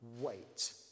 Wait